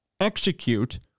execute